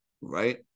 right